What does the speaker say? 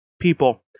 people